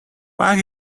why